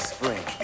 Spring